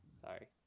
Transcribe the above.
sorry